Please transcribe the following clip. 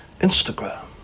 Instagram